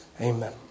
Amen